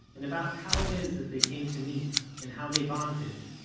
and about how it is that they came to meet, and how they bonded,